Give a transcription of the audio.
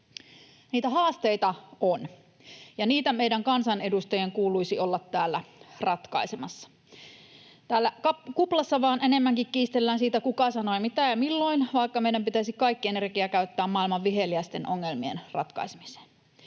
Niitä haasteita on, ja niitä meidän kansanedustajien kuuluisi olla täällä ratkaisemassa. Täällä kuplassa vain enemmänkin kiistellään siitä, kuka sanoi mitä ja milloin, vaikka meidän pitäisi kaikki energia käyttää maailman viheliäisten ongelmien ratkaisemiseen.